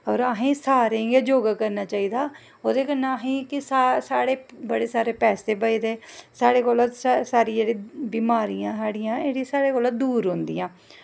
होर असें सारें गी गै योगा करना चाहिदा ओह्दै कन्नै असेंगी कि साढ़े बड़े सारे पैहे बचदे साढ़े कोला दा बमारियां जेह्ड़ियां दूर रौंह्दियां